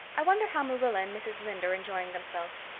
i wonder how marilla and mrs. lynde are enjoying themselves.